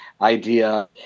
idea